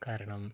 കാരണം